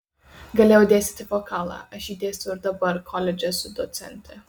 galėjau dėstyti vokalą aš jį dėstau ir dabar koledže esu docentė